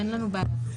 אין לנו בעיה.